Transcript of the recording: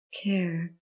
care